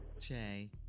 Jay